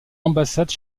ambassade